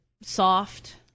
soft